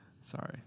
Sorry